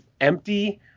empty